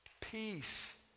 peace